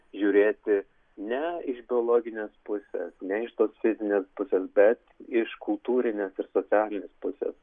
žiūrėti ne iš biologinės pusės ne iš tos fizinės pusės bet iš kultūrinės ir socialinės pusės